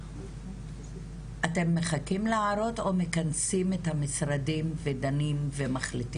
אתם מחכים להערות או מכנסים את המשרדים ודנים ומחליטים?